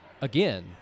again